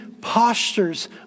postures